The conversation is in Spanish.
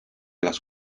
las